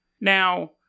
Now